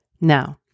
Now